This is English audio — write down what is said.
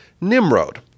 Nimrod